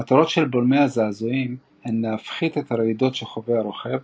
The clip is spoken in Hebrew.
המטרות של בולמי הזעזועים הן להפחית את הרעידות שחווה הרוכב,